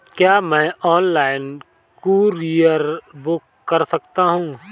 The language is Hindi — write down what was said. क्या मैं ऑनलाइन कूरियर बुक कर सकता हूँ?